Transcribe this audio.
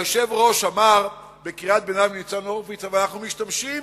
היושב-ראש אמר בקריאת ביניים לניצן הורוביץ: אבל אנחנו משתמשים